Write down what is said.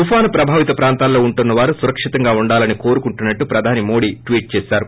తుపాను ప్రభావిత ప్రాంతాలో ఉంటోన్న వారు సురక్షితంగా ఉండాలని కోరుకుంటున్నానని ప్రధాని మోడీ ట్వీట్ చేశారు